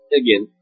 again